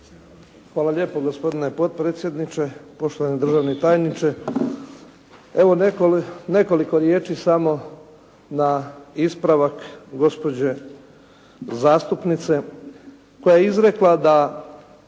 Hvala lijepo gospodine potpredsjedniče. Poštovani državni tajniče, evo nekoliko riječi samo na ispravak gospođe zastupnice koja je izrekla da